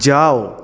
যাও